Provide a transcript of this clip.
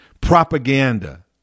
propaganda